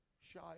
shy